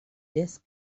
disk